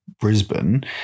Brisbane